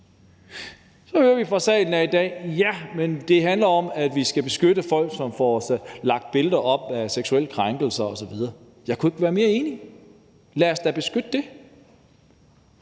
Så hører vi fra salen her i dag: Ja, men det handler om, at vi skal beskytte folk, som får lagt billeder op, der er seksuelt krænkende osv. Jeg kunne ikke være mere enig. Lad os da beskytte dem.